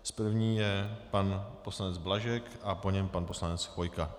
S první je pan poslanec Blažek a po něm pan poslanec Chvojka.